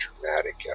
dramatic